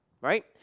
right